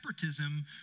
separatism